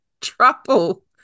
trouble